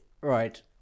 Right